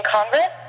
Congress